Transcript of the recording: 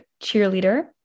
cheerleader